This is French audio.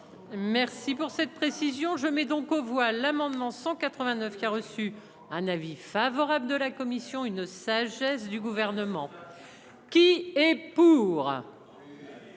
Merci pour cette précision, je mets donc aux voix l'amendement 189 qui a reçu un avis favorable de la commission une sagesse du gouvernement. Qui est pour.